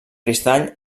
cristall